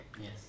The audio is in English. Yes